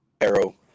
Arrow